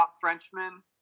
Frenchman